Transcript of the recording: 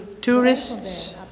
Tourists